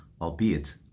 albeit